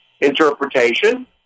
interpretation